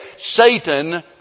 Satan